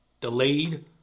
delayed